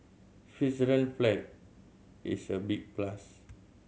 Switzerland flag is a big plus